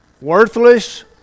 worthless